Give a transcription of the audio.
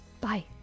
Bye